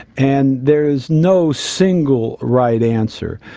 and there is no single right answer.